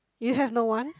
you have no one